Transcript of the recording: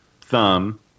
thumb